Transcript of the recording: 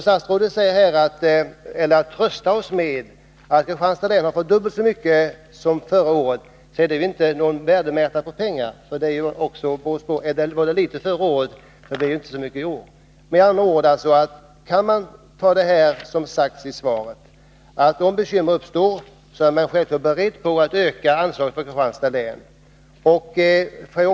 Statsrådet försöker trösta oss med att Kristianstads län fått dubbelt så mycket som förra året. Det är emellertid inte någon bra värdemätare. Det var litet förra året och är inte så mycket i år heller. Statsrådet säger i svaret att om bekymmer uppstår är man beredd att öka anslaget för Kristianstads län.